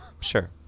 Sure